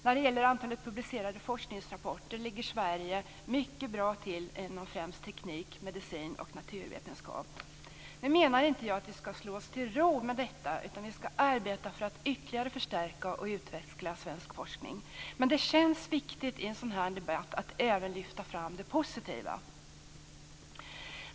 När det gäller antalet publicerade forskningsrapporter ligger Sverige mycket bra till inom främst teknik, medicin och naturvetenskap. Nu menar jag inte att vi ska slå oss till ro med detta, utan vi ska arbeta för att ytterligare förstärka och utveckla svensk forskning. Men det känns viktigt i en sådan här debatt att även lyfta fram det positiva.